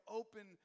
open